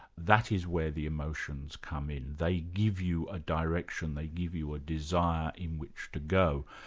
that is where the emotions come in. they give you a direction, they give you a desire in which to go.